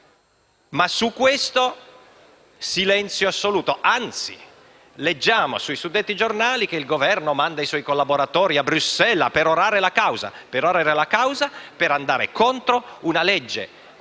Ma su questo, silenzio assoluto. Anzi, leggiamo sui suddetti giornali che il Governo manda i suoi collaboratori a Bruxelles per perorare la causa, per andare contro una legge